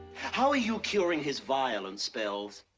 how are you curing his violent spells?